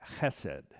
chesed